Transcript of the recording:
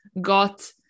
got